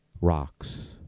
rocks